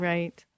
Right